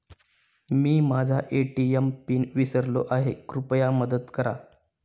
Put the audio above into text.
मी माझा ATM PIN विसरलो आहे, कृपया मदत करा